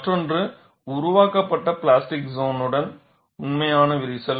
மற்றொன்று உருவாக்கப்பட்ட பிளாஸ்டிக் சோனுடன் உண்மையான விரிசல்